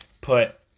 put